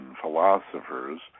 philosophers